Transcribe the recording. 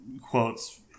quotes